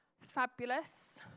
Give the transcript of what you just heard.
Fabulous